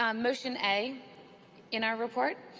um motion a in our report.